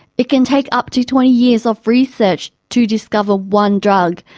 it can take up to twenty years of research to discover one drug,